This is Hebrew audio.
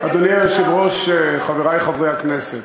אדוני היושב-ראש, חברי חברי הכנסת,